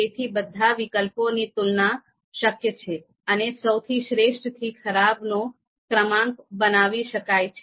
તેથી બધા વિકલ્પોની તુલના શક્ય છે અને સૌથી શ્રેષ્ઠ થી ખરાબ નો ક્રમાંક બનાવી શકાય છે